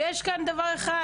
יש כאן דבר אחד